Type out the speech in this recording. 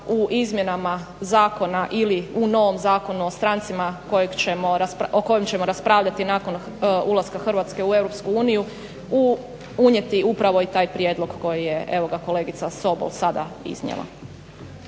u izmjenama zakona ili u novom zakonu o strancima o kojem ćemo raspravljati nakon ulaska Hrvatske u Europsku uniju unijeti upravo i taj prijedlog koji je kolegica Sobol sada iznijela.